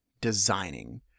designing